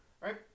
right